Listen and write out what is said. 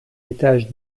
étage